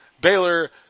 Baylor